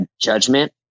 judgment